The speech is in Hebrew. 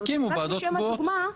תקימו ועדות קבועות.